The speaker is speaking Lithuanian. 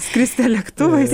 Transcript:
skrisite lėktuvais